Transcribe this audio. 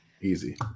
easy